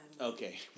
Okay